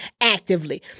actively